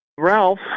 Ralph